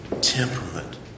temperament